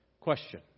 Question